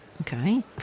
okay